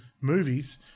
movies